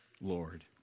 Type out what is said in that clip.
Lord